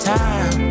time